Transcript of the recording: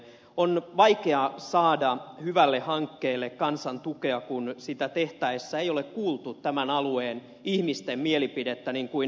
on vaikea saada hyvälle hankkeelle kansan tukea kun sitä tehtäessä ei ole kuultu tämän alueen ihmisten mielipidettä niin kuin ed